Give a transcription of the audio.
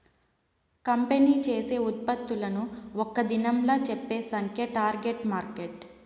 company చేసే ఉత్పత్తులను ఒక్క దినంలా చెప్పే సంఖ్యే టార్గెట్ మార్కెట్